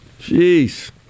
Jeez